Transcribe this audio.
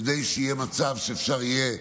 כדי שיהיה מצב שאפשר יהיה,